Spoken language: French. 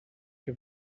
que